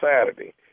saturday